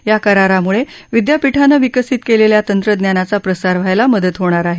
या करारामुळे विदयापीठानं विकसीत केलेल्या तंत्रज्ञानाचा प्रसार व्हायला मदत होणार आहे